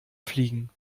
fliegen